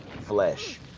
flesh